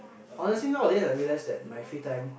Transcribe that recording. honestly nowaday I realise that my free time